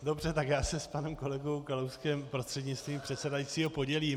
Dobře, tak já se s panem kolegou Kalouskem prostřednictvím předsedajícího podělím.